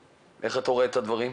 איך אתה רואה את הדברים?